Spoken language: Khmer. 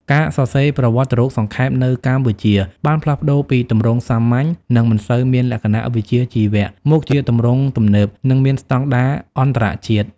ការសរសេរប្រវត្តិរូបសង្ខេប នៅកម្ពុជាបានផ្លាស់ប្ដូរពីទម្រង់សាមញ្ញ និងមិនសូវមានលក្ខណៈវិជ្ជាជីវៈ មកជាទម្រង់ទំនើប និងមានស្តង់ដារអន្តរជាតិ។